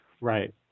right